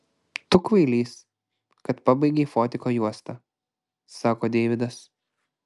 tu kvailys kad pabaigei fotiko juostą sako deividas